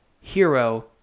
hero